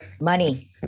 Money